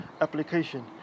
application